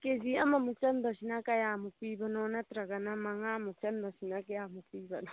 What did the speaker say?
ꯀꯦ G ꯑꯃꯃꯨꯛ ꯆꯟꯕꯁꯤꯅ ꯀꯌꯥꯃꯨꯛ ꯄꯤꯕꯅꯣ ꯅꯠꯇ꯭ꯔꯒꯅ ꯃꯉꯥꯃꯨꯛ ꯆꯟꯕꯁꯤꯅ ꯀꯌꯥꯃꯨꯛ ꯄꯤꯕꯅꯣ